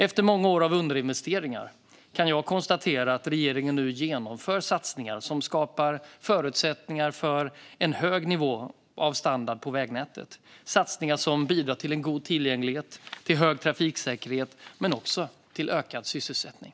Efter många år av underinvesteringar kan jag konstatera att regeringen nu genomför satsningar som skapar förutsättningar för en hög nivå av standard på vägnätet. Satsningarna bidrar till en god tillgänglighet, hög trafiksäkerhet och även ökad sysselsättning.